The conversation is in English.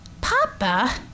Papa